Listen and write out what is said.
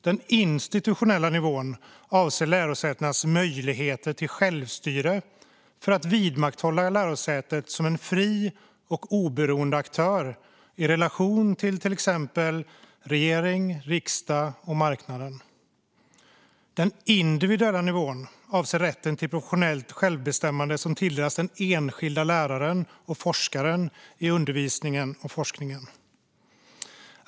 Den institutionella nivån avser lärosätenas möjligheter till självstyre för att vidmakthålla lärosätet som en fri och oberoende aktör i relation till exempelvis regering, riksdag och marknad. Den individuella nivån avser rätten till professionellt självbestämmande som tilldelas den enskilda läraren och forskaren i undervisningen och forskningen.